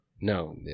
No